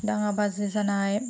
दाङा बाजि जानाय